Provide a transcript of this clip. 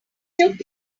took